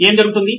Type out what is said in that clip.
ఏం జరుగుతుంది